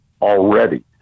already